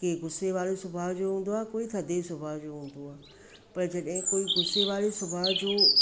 कंहिं गुसे वारे सुभाउ जो हूंदो आहे कोई थधे सुभाउ जो हूंदो आहे पर जॾहिं कोई गुसे वारे सुभाउ जो